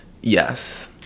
Yes